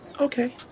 okay